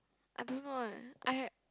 I don't know eh I